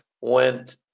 went